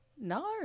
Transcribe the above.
No